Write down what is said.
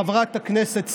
חברת הכנסת סילמן,